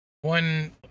one